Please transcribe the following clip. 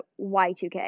Y2K